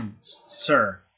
sir